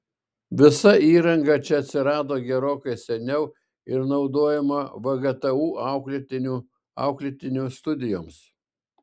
visa įranga čia atsirado gerokai seniau ir naudojama vgtu auklėtinių studijoms